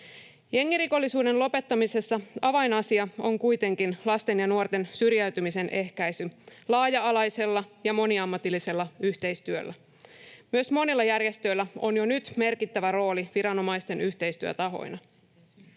Jengirikollisuuden lopettamisessa avainasia on kuitenkin lasten ja nuorten syrjäytymisen ehkäisy laaja-alaisella ja moniammatillisella yhteistyöllä. Myös monilla järjestöillä on jo nyt merkittävä rooli viranomaisten yhteistyötahoina.